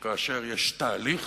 שכאשר יש תהליך,